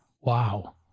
Wow